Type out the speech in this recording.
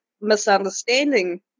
misunderstanding